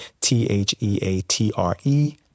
T-H-E-A-T-R-E